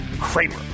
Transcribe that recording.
Kramer